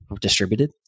distributed